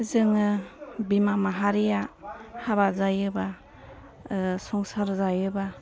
जोङो बिमा माहारिया हाबा जायोबा संसार जायोबा